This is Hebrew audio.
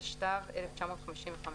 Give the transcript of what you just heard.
התשט"ו-1955,